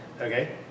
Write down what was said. Okay